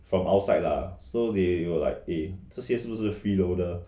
from outside lah so they were like eh 这些是不是 free loader